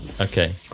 Okay